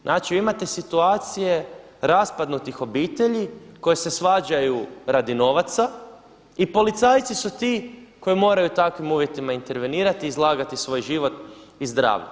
Znači vi imate situacije raspadnutih obitelji koje se svađaju radi novaca i policajci su ti koji moraju u takvim uvjetima intervenirati, izlagati svoj život i zdravlje.